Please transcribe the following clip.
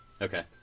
Okay